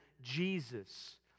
Jesus